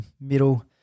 middle